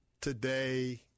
today